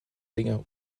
dinge